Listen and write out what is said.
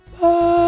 Bye